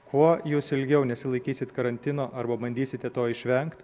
kuo jūs ilgiau nesilaikysit karantino arba bandysite to išvengt